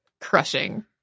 crushing